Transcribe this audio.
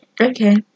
Okay